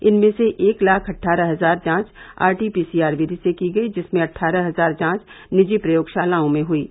इनमें से एक लाख अट्ठारह हजार जांच आरटीपीसीआर विधि से की गयी जिसमें अट्ठारह हजार जांच निजी प्रयोगशालाओं में हयीं